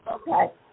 Okay